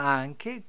anche